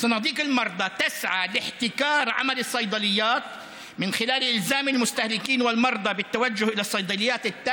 קופות החולים חותרות ליצור מונופול בעבודת בתי המרקחת